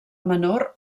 menor